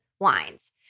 lines